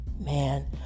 man